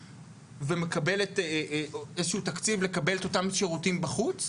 ומקבל איזשהו תקציב לקבל את אותם השירותים בחוץ,